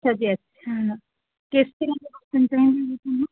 ਅੱਛਾ ਜੀ ਅੱਛਾ ਕਿਸ ਤਰ੍ਹਾਂ ਦੇ ਬਰਤਨ ਚਾਹੀਦੇ ਜੀ ਤੁਹਾਨੂੰ